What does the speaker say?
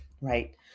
right